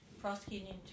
prosecuting